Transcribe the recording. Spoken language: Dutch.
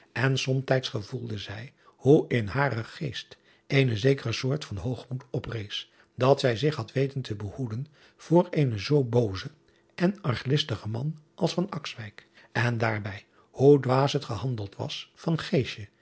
en somtijds gevoelde zij hoe in haren geest eene zekere soort van hoogmoed oprees dat zij zich had weten te behoeden voor eenen zoo boozen en arglistigen man als en daarbij hoe dwaas het gehandeld was van